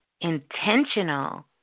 intentional